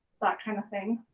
that kind of thing,